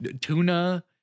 tuna